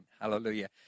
Hallelujah